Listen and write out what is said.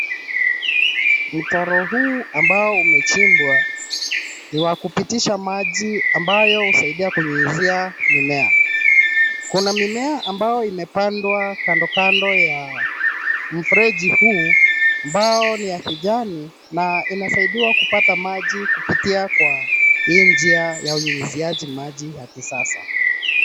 Mtaro huu ambao umechimbwa ni wa kupitisha maji ambayo husaidia kunyunyizia mimea. Kuna mimea ambayo imepandwa kando kando ya mfereji huu ambao ni ya kijani na inasaidiwa kupata maji kupitia hii njia ya unyunyiziaji maji ya kisasa.